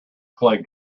plagued